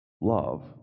love